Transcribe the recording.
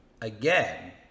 Again